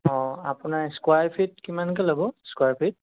অ' আপোনাৰ square feet কিমানকৈ ল'ব স্কোৱাৰ ফিট